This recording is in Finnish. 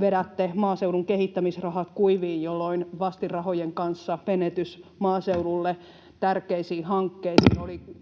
vedätte maaseudun kehittämisrahat kuiviin, jolloin vastinrahojen kanssa on menetystä maaseudulle tärkeisiin hankkeisiin, oli sitten